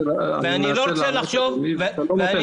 אני מנסה לענות, אדוני, ואתה לא נותן לי.